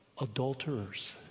adulterers